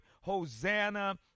Hosanna